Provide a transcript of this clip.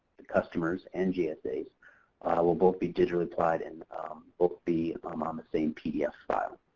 the customer's and gsa's will both be digitally applied and both be um on the same pdf file.